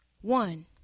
one